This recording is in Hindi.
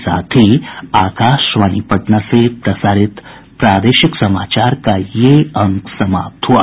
इसके साथ ही आकाशवाणी पटना से प्रसारित प्रादेशिक समाचार का ये अंक समाप्त हुआ